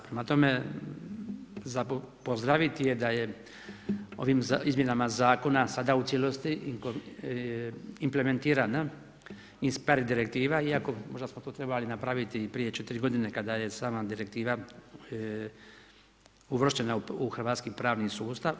Prema tome, za pozdraviti je da je ovim izmjenama Zakona sada u cijelosti implementirani inspire direktiva iako smo možda to trebali napraviti i prije 4 godine kada je sama direktiva uvrštena u hrvatski pravni sustav.